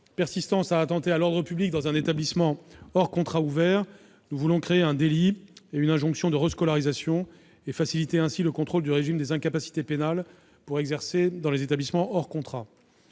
persistantes à l'ordre public dans un établissement hors contrat, à créer un délit et une injonction de rescolarisation et à faciliter le contrôle du régime des incapacités pénales pour exercer dans ces établissements. Comme